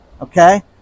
Okay